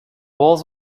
walls